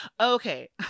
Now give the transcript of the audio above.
Okay